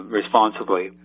responsibly